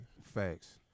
facts